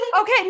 Okay